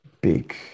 big